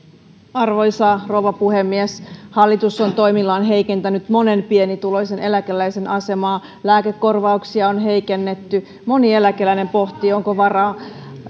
arvoisa rouva puhemies hallitus on toimillaan heikentänyt monen pienituloisen eläkeläisen asemaa lääkekorvauksia on heikennetty moni eläkeläinen pohtii onko varaa